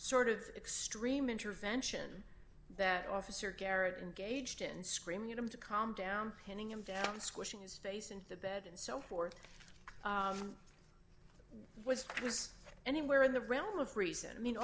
sort of extreme intervention that officer garrett engaged in screaming at him to calm down pinning him down squishing his face in the bed and so forth was it was anywhere in the realm of reason i mean